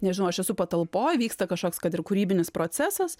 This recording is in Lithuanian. nežinau aš esu patalpoj vyksta kažkoks kad ir kūrybinis procesas